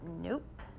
Nope